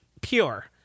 pure